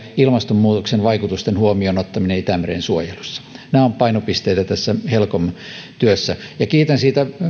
ilmastonmuutoksen vaikutusten huomioonottamista itämeren suojelussa nämä ovat painopisteitä tässä helcom työssä kiitän siitä